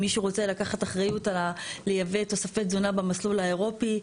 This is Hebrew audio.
אם מישהו רוצה לקחת אחריות לייבא תוספי תזונה במסלול האירופי,